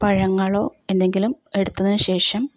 പഴങ്ങളോ എന്തെങ്കിലും എടുത്തതിന് ശേഷം